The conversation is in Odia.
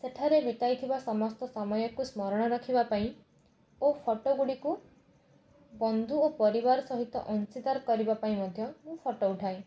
ସେଠାରେ ବିତାଇଥିବା ସମସ୍ତ ସମୟକୁ ସ୍ମରଣ ରଖିବାପାଇଁ ଓ ଫଟୋ ଗୁଡ଼ିକୁ ବନ୍ଧୁ ଓ ପରିବାର ସହିତ ଅଂଶୀଦାର କରିବା ପାଇଁ ମଧ୍ୟ ମୁଁ ଫଟୋ ଉଠାଏ